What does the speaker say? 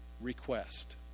request